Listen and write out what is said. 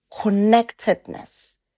connectedness